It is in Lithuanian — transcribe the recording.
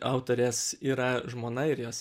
autorės yra žmona ir jos